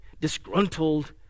disgruntled